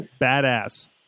Badass